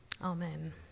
Amen